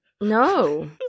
no